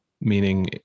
meaning